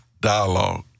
dialogue